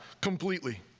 completely